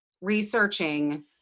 researching